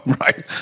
right